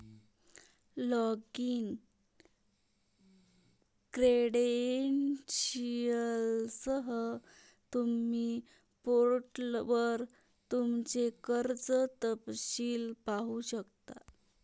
login क्रेडेंशियलसह, तुम्ही पोर्टलवर तुमचे कर्ज तपशील पाहू शकता